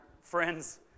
friends